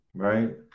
Right